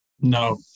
No